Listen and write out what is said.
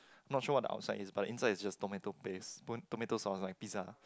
not sure what the outside is but the inside is just tomato paste tomato sauce like pizza